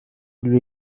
lui